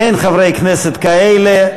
אין חברי כנסת כאלה.